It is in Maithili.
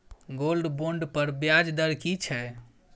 गोल्ड बोंड पर ब्याज दर की छै?